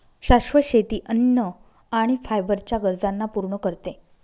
शाश्वत शेती अन्न आणि फायबर च्या गरजांना पूर्ण करते